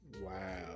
Wow